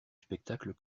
spectacle